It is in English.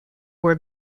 were